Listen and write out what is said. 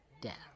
death